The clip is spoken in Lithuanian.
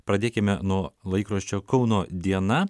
pradėkime nuo laikraščio kauno diena